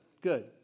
Good